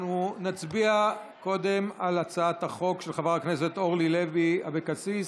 אנחנו נצביע קודם על הצעת החוק של חברת הכנסת אורלי לוי אבקסיס.